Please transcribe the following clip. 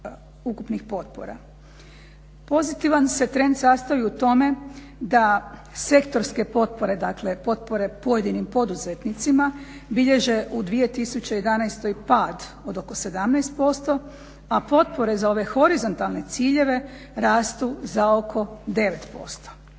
ukupnih potpora. Pozitivan se trend sastoji u tome da sektorske potpore dakle potpore pojedinim poduzetnicima bilježe u 2011.pad od oko 17%, a potpore za ove horizontalne ciljeve rastu za oko 9%.